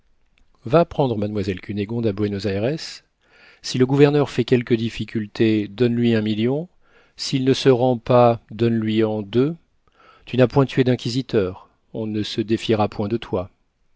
va prendre mademoiselle cunégonde à buénos ayres si le gouverneur fait quelque difficulté donne-lui un million s'il ne se rend pas donne lui en deux tu n'as point tué d'inquisiteur on ne se défiera point de toi